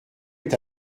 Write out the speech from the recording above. est